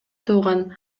тууган